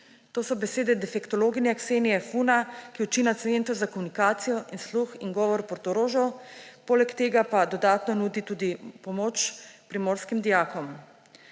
To so besede defektologinje Ksenije Funa, ki uči na Centru za komunikacijo, sluh in govor v Portorožu, poleg tega pa dodatno nudi tudi pomoč primorskim dijakom.